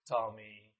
Tommy